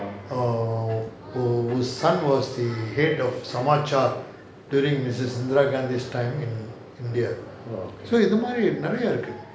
err whose son was the head of during missus indira ghandi time in india so இந்த மாரி விஷயம் இருக்கு:intha maari vishayam iruku